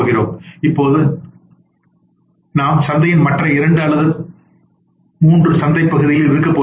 நாம் இப்போது சந்தையின் மற்ற இரண்டு அல்லது மற்ற மூன்று சந்தை பகுப்புகளில் இருக்கப் போகிறோம்